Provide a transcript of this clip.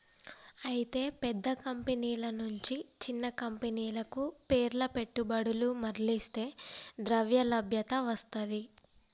అయితే పెద్ద కంపెనీల నుంచి చిన్న కంపెనీలకు పేర్ల పెట్టుబడులు మర్లిస్తే ద్రవ్యలభ్యత వస్తది